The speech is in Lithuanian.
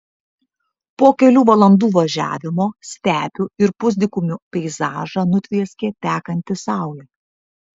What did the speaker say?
po kelių valandų važiavimo stepių ir pusdykumių peizažą nutvieskė tekanti saulė